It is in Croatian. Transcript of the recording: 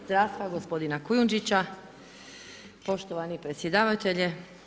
zdravstva gospodina Kujundžića, poštovani predsjedavatelju.